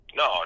no